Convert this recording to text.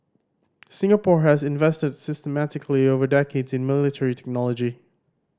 Singapore has invested systematically over decades in military technology